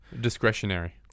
Discretionary